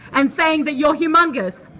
and saying that you're humongous.